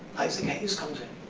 isaac hayes comes in,